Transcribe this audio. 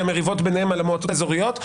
והמריבות ביניהם על המועצות האזוריות.